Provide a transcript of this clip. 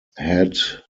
had